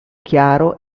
chiaro